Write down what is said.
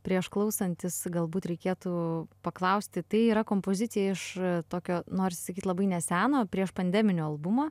prieš klausantis galbūt reikėtų paklausti tai yra kompozicija iš tokio norisi sakyt labai neseno prieš pandeminio albumo